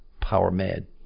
power-mad